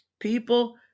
People